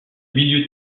milieu